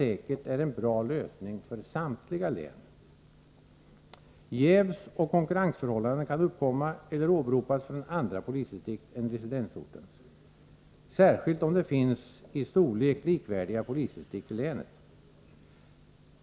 är, en.bra lösning för samtliga dän. Jävs+.och konkurrensförhållanden kan uppkomma eller åberopasifrån, andra polisdistriktäm residensortensy särskilt om, det finns i.storlek likvärdiga polisdistrikt länet.